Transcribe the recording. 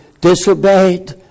disobeyed